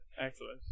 excellent